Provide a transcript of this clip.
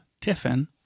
Tiffin